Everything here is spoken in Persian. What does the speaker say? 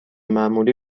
معمولی